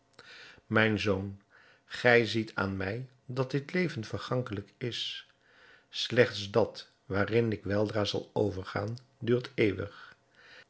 mijn zoon gij ziet aan mij dat dit leven vergankelijk is slechts dat waarin ik weldra zal overgaan duurt eeuwig